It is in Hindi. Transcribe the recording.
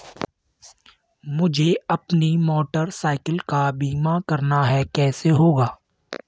मुझे अपनी मोटर साइकिल का बीमा करना है कैसे होगा?